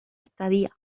estadía